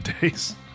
days